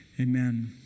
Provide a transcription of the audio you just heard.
amen